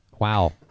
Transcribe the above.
Wow